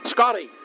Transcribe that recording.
Scotty